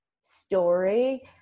story